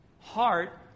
Heart